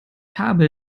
habe